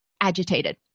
agitated